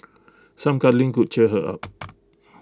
some cuddling could cheer her up